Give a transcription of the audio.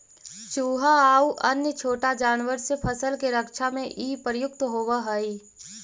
चुहा आउ अन्य छोटा जानवर से फसल के रक्षा में इ प्रयुक्त होवऽ हई